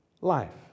life